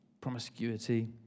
promiscuity